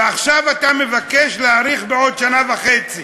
ועכשיו אתה מבקש להאריך בעוד שנה וחצי,